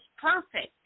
perfect